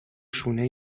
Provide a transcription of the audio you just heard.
شونه